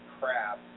crap